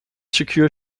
secure